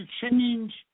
change